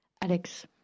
Alex